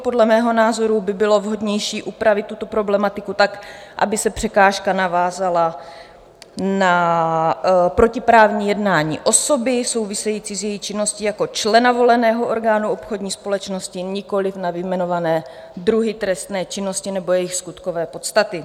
Podle mého názoru by bylo vhodnější upravit tuto problematiku tak, aby se překážka navázala na protiprávní jednání osoby související s její činností jako člena voleného orgánu obchodní společnosti, nikoliv na vyjmenované druhy trestné činnosti nebo jejich skutkové podstaty.